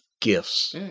gifts